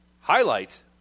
highlight